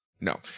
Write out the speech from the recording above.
No